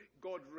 god